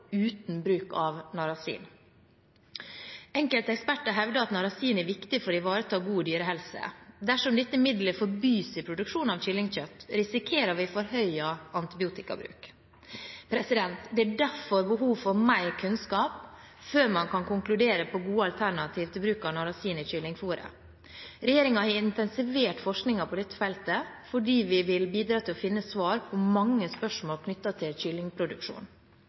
uten bruk av narasin. Enkelte eksperter hevder at narasin er viktig for å ivareta god dyrehelse. Dersom dette middelet forbys i produksjon av kyllingkjøtt, risikerer vi forhøyet antibiotikabruk. Det er derfor behov for mer kunnskap før man kan konkludere på gode alternativer til bruk av narasin i kyllingfôret. Regjeringen har intensivert forskningen på dette feltet fordi vi vil bidra til å finne svar på mange spørsmål knyttet til